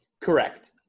Correct